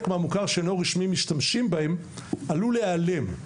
מהמוכר שאינו רשמי משתמשים בהם עלול להיעלם,